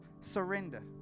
Surrender